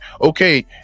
okay